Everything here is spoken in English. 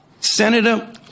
Senator